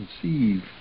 conceive